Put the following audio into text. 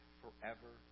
forever